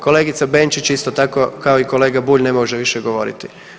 Kolegica Benčić isto tako kao i kolega Bulj ne može više govoriti.